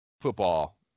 football